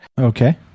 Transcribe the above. Okay